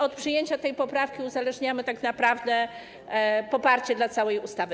Od przyjęcia tej poprawki uzależniamy tak naprawdę poparcie dla całej ustawy.